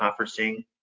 conferencing